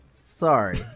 Sorry